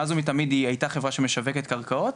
מאז ומתמיד היא הייתה חברה שמשווקת קרקעות